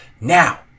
Now